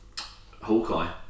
Hawkeye